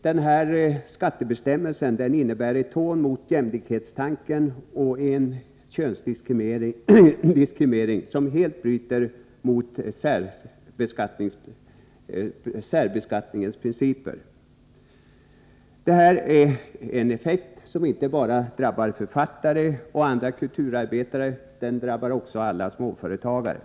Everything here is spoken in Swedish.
Denna skattebestämmelse innebär ett hån mot jämlikhetstanken och en könsdiskriminering som helt bryter mot särbeskattningens principer. Den får en effekt som inte bara drabbar författare och andra kulturarbetare, utan den drabbar också alla småföretagare.